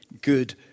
good